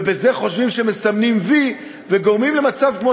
ובזה חושבים שמסמנים "וי" וגורמים למצב כמו